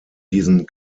diesen